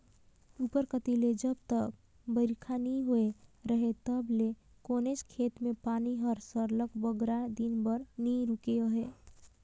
उपर कती ले जब तक बरिखा नी होए रहें तब ले कोनोच खेत में पानी हर सरलग बगरा दिन बर नी रूके रहे